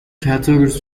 caters